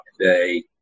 today